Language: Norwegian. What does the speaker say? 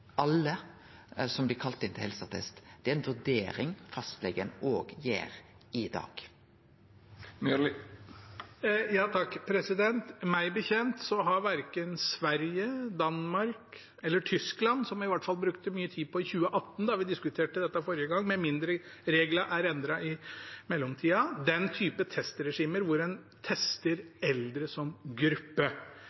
alle. Dei testane som blir brukte i Sverige og Danmark for kognitiv helsetilstand, blir ikkje tatt for alle som blir kalla inn til helsetest. Det er ei vurdering fastlegen gjer i dag. Meg bekjent har verken Sverige, Danmark eller Tyskland, som vi i hvert fall brukte mye tid på i 2018 da vi diskuterte dette forrige gang